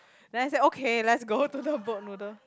then I say okay let's go to the boat noodle